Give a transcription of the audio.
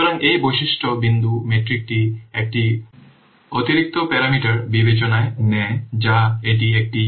সুতরাং এই বৈশিষ্ট্য বিন্দু মেট্রিকটি একটি অতিরিক্ত প্যারামিটার বিবেচনায় নেয় যা এটি একটি